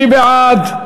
מי בעד?